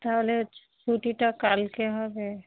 তাহলে ছুটিটা কালকে হবে